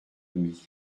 demie